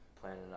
planning